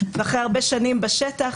אחרי הרבה שנים בשטח,